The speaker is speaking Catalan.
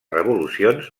revolucions